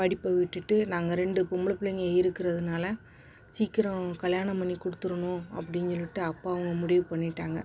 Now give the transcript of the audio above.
படிப்பை விட்டுட்டு நாங்கள் ரெண்டு பொம்பளை பிள்ளைங்க இருக்கிறதுனால சீக்கிரம் கல்யாணம் பண்ணி கொடுத்துர்றணும் அப்படின்னு சொல்லிட்டு அப்பாவும் முடிவு பண்ணிட்டாங்க